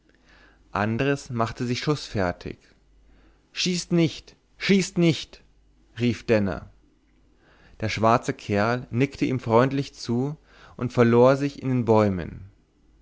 andres machte sich schußfertig schießt nicht schießt nicht rief denner der schwarze kerl nickte ihm freundlich zu und verlor sich in den bäumen